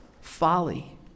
folly